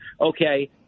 okay